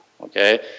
okay